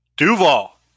Duval